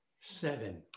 seven